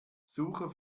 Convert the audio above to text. suche